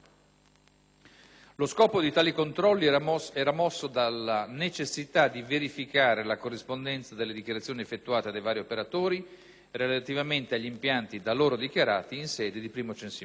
Lo scopo di tali controlli era mosso dalla necessità di verificare la corrispondenza delle dichiarazioni effettuate dai vari operatori, relativamente agli impianti da loro dichiarati in sede di primo censimento.